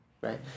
Right